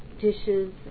dishes